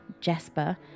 Jesper